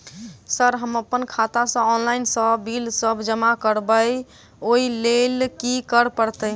Sir हम अप्पन खाता सऽ ऑनलाइन सऽ बिल सब जमा करबैई ओई लैल की करऽ परतै?